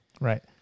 Right